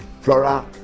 Flora